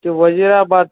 ते वजीराबाद